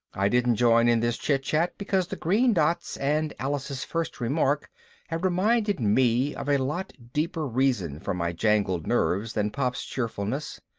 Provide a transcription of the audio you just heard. i didn't join in this chit-chat because the green dots and alice's first remark had reminded me of a lot deeper reason for my jangled nerves than pop's cheerfulness.